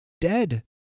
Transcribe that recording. dead